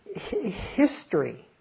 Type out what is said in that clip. history